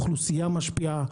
אוכלוסייה משפיעה,